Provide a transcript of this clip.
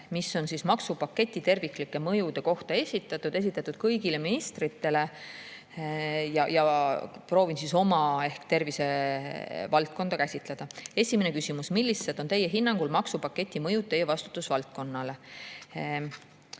mis on maksupaketi terviklike mõjude kohta ja on esitatud kõigile ministritele. Proovin [vastates] oma ehk tervisevaldkonda käsitleda. Esimene küsimus: "Millised on Teie hinnangul maksupaketi mõjud Teie vastutusvaldkonnale?"